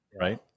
right